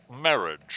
marriage